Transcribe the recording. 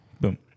Boom